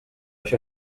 això